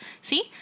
See